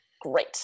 Great